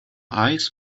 eyes